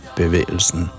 bevægelsen